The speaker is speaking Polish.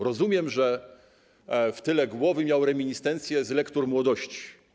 Rozumiem, że w tyle głowy miał reminiscencję z lektur młodości.